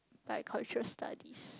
bicultural studies